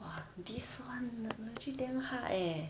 !wah! this one legit damn hard eh